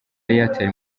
airtel